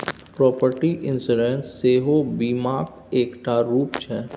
property insurance सेहो बीमाक एकटा रुप छै